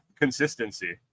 consistency